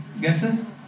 guesses